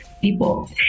people